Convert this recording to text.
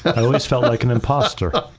i always felt like an imposter.